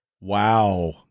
Wow